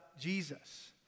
Jesus